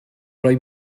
rhoi